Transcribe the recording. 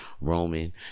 Roman